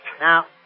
Now